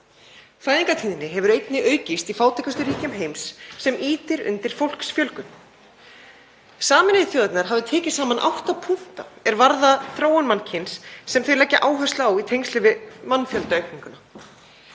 Fæðingartíðni hefur einnig aukist í fátækustu ríkjum heims sem ýtir undir fólksfjölgun. Sameinuðu þjóðirnar hafa tekið saman átta punkta er varða þróun mannkyns sem stofnunin leggur áherslu á í tengslum við mannfjöldaaukningu.